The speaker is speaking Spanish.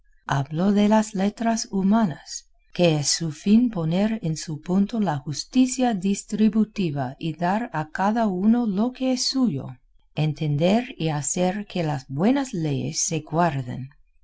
hablo de las letras humanas que es su fin poner en su punto la justicia distributiva y dar a cada uno lo que es suyo entender y hacer que las buenas leyes se guarden